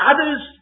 Others